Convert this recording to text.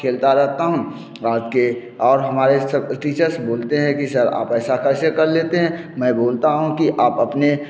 खेलता रहता हूँ बाद के और हमारे टीचर्स बोलते हैं कि सर आप ऐसा कैसे कल लेते हैं मैं बोलत हूँ कि आप अपने